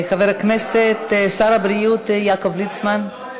חבר הכנסת שר הבריאות יעקב ליצמן.